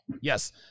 Yes